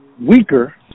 weaker